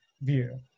view